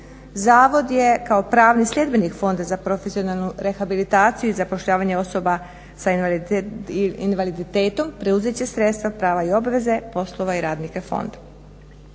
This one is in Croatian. Zavod je kao pravni sljedbenik Fonda za profesionalnu rehabilitaciju i zapošljavanje osoba s invaliditetom preuzet će sredstva, prava i obveze poslova i radnika fonda.